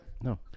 No